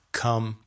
come